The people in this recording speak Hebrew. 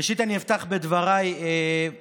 ראשית, אני אפתח את דבריי בתנחומים,